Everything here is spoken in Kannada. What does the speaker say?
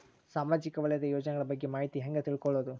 ಸಾಮಾಜಿಕ ವಲಯದ ಯೋಜನೆಗಳ ಬಗ್ಗೆ ಮಾಹಿತಿ ಹ್ಯಾಂಗ ತಿಳ್ಕೊಳ್ಳುದು?